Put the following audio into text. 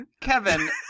Kevin